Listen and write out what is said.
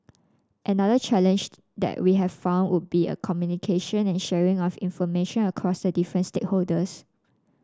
another challenged that we have found would be in communication and sharing of information across the different stakeholders